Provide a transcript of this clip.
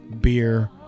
beer